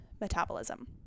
metabolism